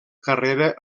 carrera